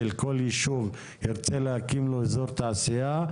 שכל יישוב ירצה להקים אזור תעשייה,